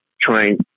trying